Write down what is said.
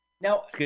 Now